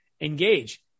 engage